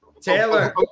Taylor